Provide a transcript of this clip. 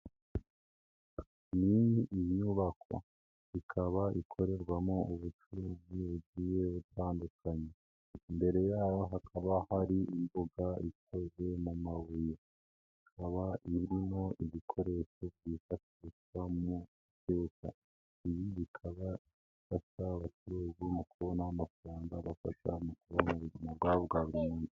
Iyi ni inyubako ikaba ikorerwamo ubucuruzi bugiye butandukanye. Imbere yaho hakaba hari imbuga ikozwe mu mabuye, ikaba irimo igikoresho kifasha mu kwibuka. Ibi bikaba bifsha abacuruzi mu kubona amafaranga bafasha mu kwiteza imbere.